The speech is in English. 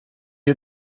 you